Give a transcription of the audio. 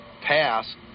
pass